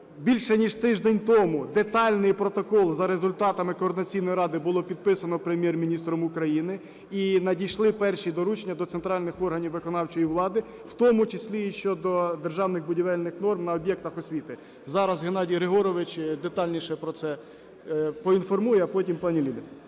Більше ніж тиждень тому детальний протокол за результатами Координаційної ради було підписано Прем’єр-міністром України. І надійшли перші доручення до центральних органів виконавчої влади, в тому числі і щодо державних будівельних норм на об'єктах освіти. Зараз Геннадій Григорович детальніше про це поінформує, а потім – пані Ліля.